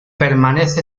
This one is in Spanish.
permanece